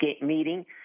meeting